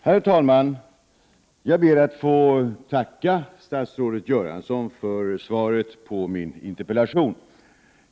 Herr talman! Jag ber att få tacka statsrådet Göransson för svaret på min interpellation.